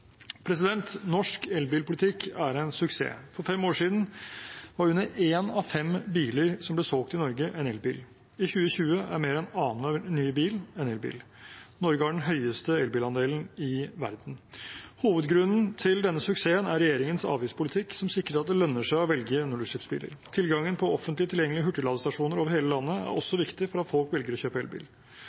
Norsk elbilpolitikk er en suksess. For fem år siden var under én av fem biler som ble solgt i Norge, en elbil. I 2020 er mer enn annenhver nye bil en elbil. Norge har den høyeste elbilandelen i verden. Hovedgrunnen til denne suksessen er regjeringens avgiftspolitikk, som sikrer at det lønner seg å velge nullutslippsbiler. Tilgangen på offentlig tilgjengelig hurtigladestasjoner over hele landet er også viktig for at folk velger å kjøpe elbil.